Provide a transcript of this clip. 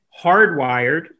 hardwired